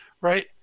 right